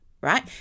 right